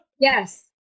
Yes